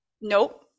nope